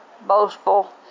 boastful